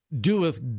doeth